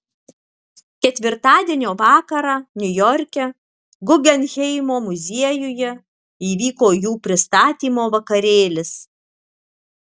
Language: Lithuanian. ketvirtadienio vakarą niujorke guggenheimo muziejuje įvyko jų pristatymo vakarėlis